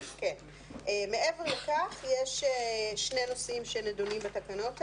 מעבר לכך יש שני נושאים שנידונים בתקנות האלה,